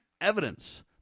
evidence